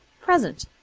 present